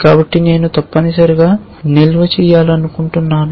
కాబట్టి నేను తప్పనిసరిగా నిల్వ చేయాలనుకుంటున్నాను